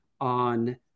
on